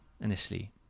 initially